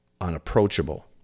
unapproachable